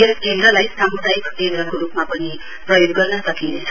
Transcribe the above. यस केन्द्रली सामुदायिक केन्द्रको रूपमा पनि प्रयोग गर्न सकिनेछ